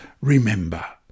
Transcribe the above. Remember